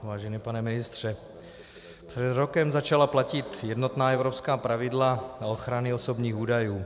Vážený pane ministře, před rokem začala platit jednotná evropská pravidla o ochraně osobních údajů.